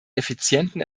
effizienten